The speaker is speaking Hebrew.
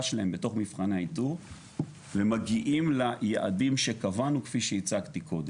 שלהם בתוך מבחני האיתור ומגיעים ליעדים שקבענו כפי שהצגתי קודם.